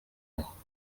abirabura